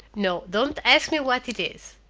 no, don't ask me what it is.